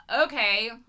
okay